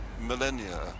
millennia